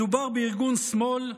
מדובר בארגון שמאל,